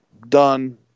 done